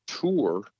tour